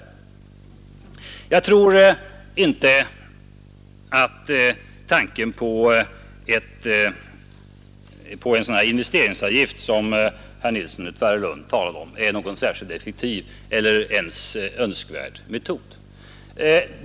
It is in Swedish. Jag tror då inte att den investeringsavgift som herr Nilsson i Tvärålund talade om är en särskilt effektiv eller ens önskvärd metod.